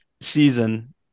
season